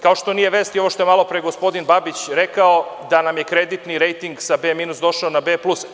Kao što nije vest i ovo što je malopre gospodin Babić rekao, da nam je kreditni rejting sa B minus došao na B plus.